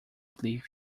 belief